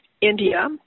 India